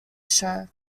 show